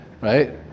right